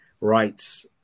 rights